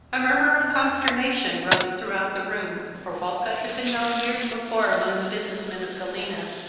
a murmur of consternation rose throughout the room, for walcott had been known years before among the business men of galena,